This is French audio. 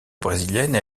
brésilienne